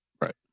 Right